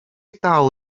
dal